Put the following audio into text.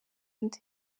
nde